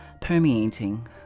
permeating